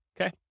Okay